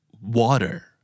Water